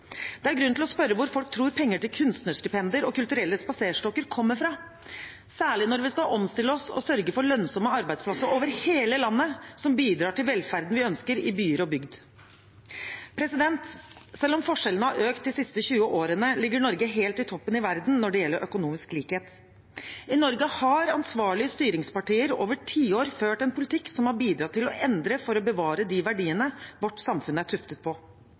Det er grunn til å spørre hvor folk tror penger til kunstnerstipender og kulturelle spaserstokker kommer fra – særlig når vi skal omstille oss og sørge for lønnsomme arbeidsplasser over hele landet, som bidrar til velferden vi ønsker, i byer og bygd. Selv om forskjellene har økt de siste 20 årene, ligger Norge helt i toppen i verden når det gjelder økonomisk likhet. I Norge har ansvarlige styringspartier over tiår ført en politikk som har bidratt til å endre for å bevare de verdiene vårt samfunn er tuftet på.